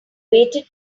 waited